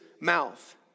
mouth